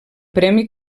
premi